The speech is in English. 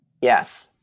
Yes